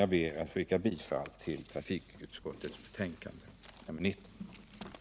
Jag ber att få yrka bifall till trafikutskottets hemställan i dess betänkande nr 19.